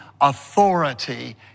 authority